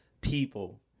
people